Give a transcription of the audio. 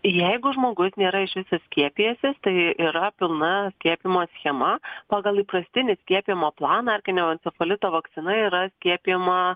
jeigu žmogus nėra iš viso skiepijęsis tai yra pilna skiepijimo schema pagal įprastinį skiepijimo planą erkinio encefalito vakcina yra skiepijama